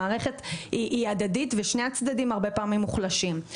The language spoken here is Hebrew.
המערכת היא הדדית ושני הצדדים הרבה פעמים מוחלשים.